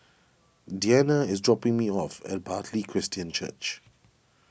Deanna is dropping me off at Bartley Christian Church